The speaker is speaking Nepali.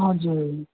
हजुर